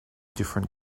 different